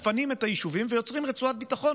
מפנים את היישובים ויוצרים רצועת ביטחון